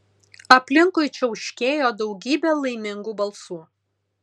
aplinkui čiauškėjo daugybė laimingų balsų